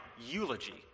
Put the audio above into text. eulogy